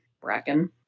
bracken